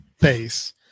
base